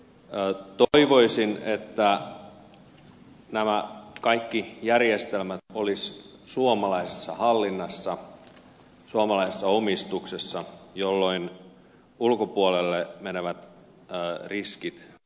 toivoisin että nämä kaikki järjestelmät olisivat suomalaisessa hallinnassa suomalaisessa omistuksessa jolloin ulkopuolelle menevät riskit olisivat pienempiä